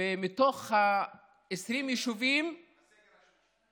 מהסגר השלישי.